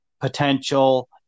potential